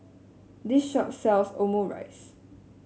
this shop sells Omurice